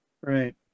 Right